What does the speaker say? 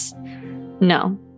No